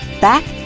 back